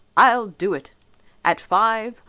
i'll do it at five,